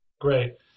great